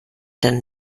deinen